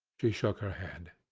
she shook her head.